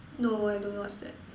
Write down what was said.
no I don't know what's that